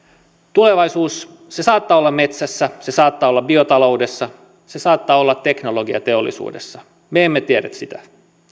tulevaisuus se saattaa olla metsässä se saattaa olla biotaloudessa se saattaa olla teknologiateollisuudessa me emme tiedä sitä